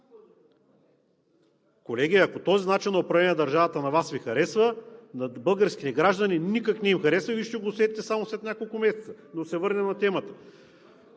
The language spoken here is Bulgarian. колеги, ако този начин на управление на държавата Ви харесва, на българските граждани никак не им харесва. Вие ще го усетите само след няколко месеца, но да се върнем на темата.